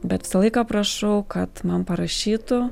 bet visą laiką prašau kad man parašytų